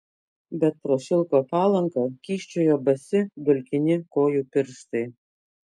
bet pro šilko palanką kyščiojo basi dulkini kojų pirštai